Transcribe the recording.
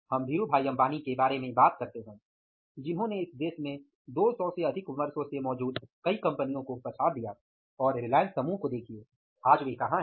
हम धीरूभाई अंबानी के बारे में बात करते हैं जिन्होंने इस देश में दो सौ से अधिक वर्षों से मौजूद कई कंपनियों को पछाड़ दिया और रिलायंस समूह को देखिये आज वे कहाँ हैं